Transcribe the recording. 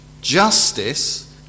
Justice